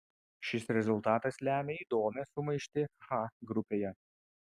šis rezultatas lemia įdomią sumaištį h grupėje